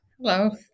Hello